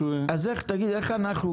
איך אנחנו,